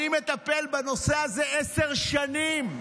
אני מטפל בנושא הזה עשר שנים.